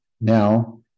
Now